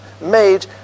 made